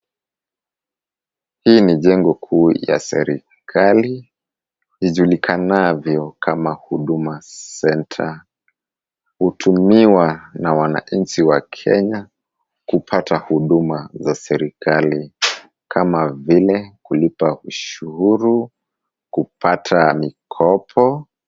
Hii ni jengo kuu ya serikali ijulikanavyo kama Huduma Center, hutumiwa na wananchi wa Kenya kupata huduma za serikali kama vile kulipa ushuru, kupata mikopo.